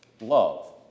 love